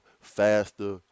faster